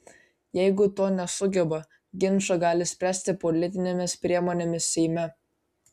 jeigu to nesugeba ginčą gali spręsti politinėmis priemonėmis seime